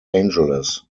angeles